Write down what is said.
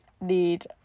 need